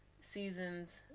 seasons